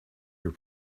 your